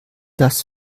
das